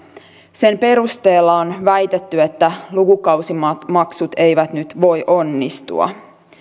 sen perusteella on väitetty että lukukausimaksut eivät nyt voi onnistua